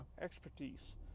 expertise